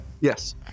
Yes